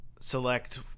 select